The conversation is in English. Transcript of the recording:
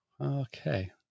okay